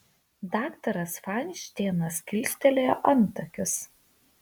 daktaras fainšteinas kilstelėjo antakius